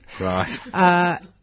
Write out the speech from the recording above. Right